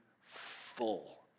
full